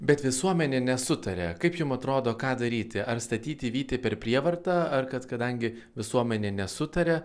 bet visuomenė nesutaria kaip jum atrodo ką daryti ar statyti vytį per prievartą ar kad kadangi visuomenė nesutaria